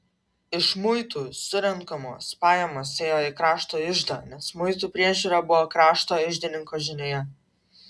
iš muitų surenkamos pajamos ėjo į krašto iždą nes muitų priežiūra buvo krašto iždininko žinioje